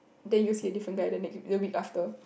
then you'll see a different guy the next the week after